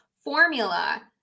formula